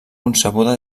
concebuda